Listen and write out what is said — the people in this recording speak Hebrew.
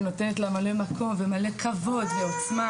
ונותנת לה מלא מקום ומלא כבוד ועוצמה,